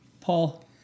Paul